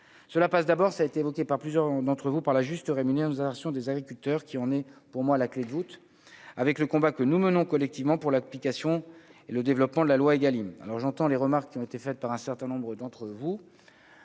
cela passe d'abord, ça a été évoqué par plusieurs d'entre vous par là juste rémunère isolation des agriculteurs qui on est, pour moi la clé de voûte, avec le combat que nous menons collectivement pour l'application et le développement de la loi Egalim alors, j'entends les remarques qui ont été faites par un certain nombre d'entre vous.